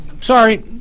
sorry